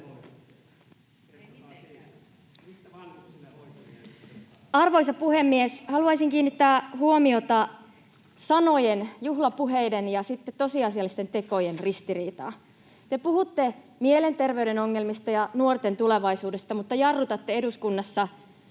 Arvoisa puhemies! Haluaisin kiinnittää huomiota sanojen, juhlapuheiden ja sitten tosiasiallisten tekojen ristiriitaan. Te puhutte mielenterveyden ongelmista ja nuorten tulevaisuudesta, mutta jarrutatte eduskunnassa